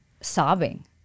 sobbing